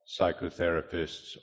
psychotherapists